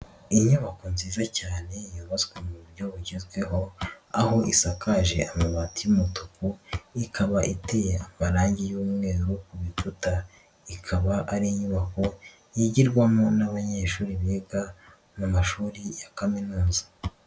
Inyubako nziza cyane yubatswe mu buryo bugezweho aho isakaje amabati y'umutuku ikaba iteye amarangi y'umweru ku bikuta, ikaba ari inyubako yigirwamo n'abanyeshuri biga mu mashuri ya kaminuza.